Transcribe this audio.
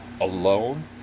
alone